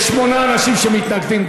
יש שמונה אנשים שמתנגדים.